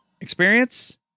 Experience